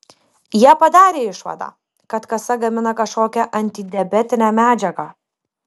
jie padarė išvadą kad kasa gamina kažkokią antidiabetinę medžiagą